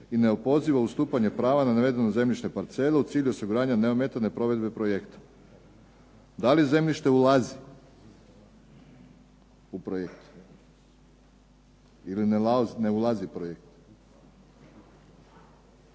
i neopozivo ustupanje prava na navedenu zemljišnu parcelu u cilju osiguranja neometane provedbe projekta. Da li zemljište ulazi u projekt ili ne ulazi u projekt?